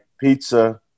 pizza